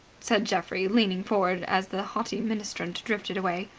said geoffrey leaning forward, as the haughty ministrant drifted away,